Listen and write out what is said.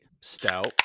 stout